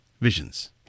Visions